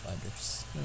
others